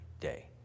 day